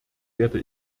werde